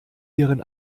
ihren